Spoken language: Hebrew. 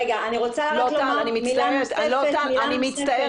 טל, אני מתנצלת, אני מצטערת,